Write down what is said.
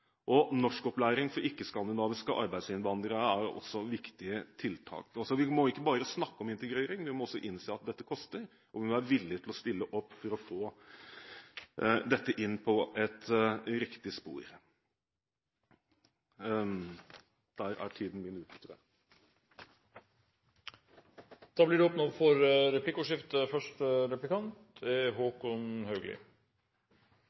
frivilligheten. Norskopplæring for ikke-skandinaviske arbeidsinnvandrere er også et viktig tiltak. Vi må ikke bare snakke om integrering, vi må også innse at dette koster, og vi må være villige til å stille opp for å få dette inn på et riktig spor. Der er taletiden min ute. Det blir replikkordskifte. Kristelig Folkeparti er